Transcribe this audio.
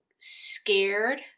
Scared